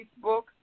Facebook